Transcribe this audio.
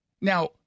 Now